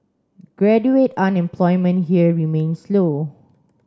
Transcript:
graduate unemployment here remains low